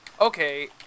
okay